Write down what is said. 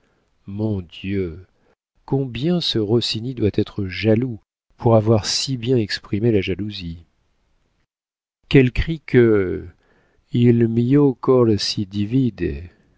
mon dieu combien ce rossini doit être jaloux pour avoir si bien exprimé la jalousie quel cri que il mio cor si